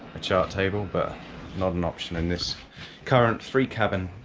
a chart table, but not an option in this current three-cabin,